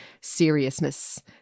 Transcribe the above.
seriousness